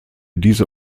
diese